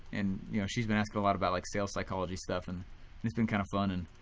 and yeah she's been asking a lot about like sales psychology stuff and it's been kinda fun and